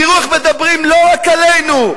תראו איך מדברים, לא רק עלינו.